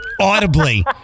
audibly